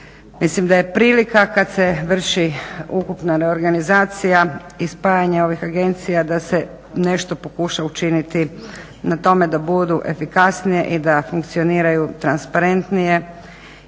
Mislim da je prilika kada se vrši ukupna reorganizacija i spajanje ovih agencija da se nešto pokuša učiniti na tome da budu efikasnije i da funkcioniraju transparentnije